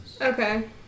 Okay